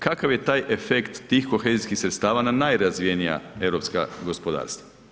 Kakav je taj efekt tih kohezijskih sredstava na najrazvijenija europska gospodarstva.